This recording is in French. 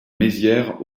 maizière